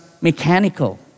mechanical